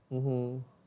mmhmm